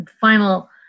final